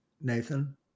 Nathan